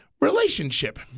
relationship